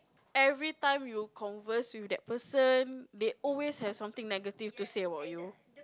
every time you converse with that person they always have something negative to say about you